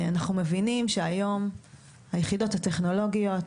אנחנו מבינים שהיום היחידות הטכנולוגיות,